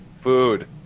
Food